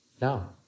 now